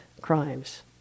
crimes